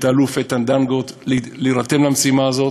האלוף איתן דנגוט להירתם למשימה הזאת.